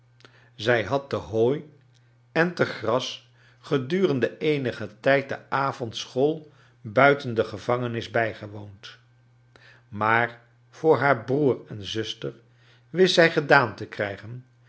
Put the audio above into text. zij had te hooi en te gras gedurende eenigen tijd de avondschool buiten de gevangenis bijgewoond maar voor haar broer en zuster wist zij gedaan te krijgen